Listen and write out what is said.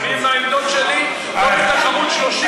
לא, אני עם העמדות שלי, לא בתחרות, 30 שנה.